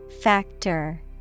Factor